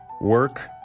Work